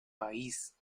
país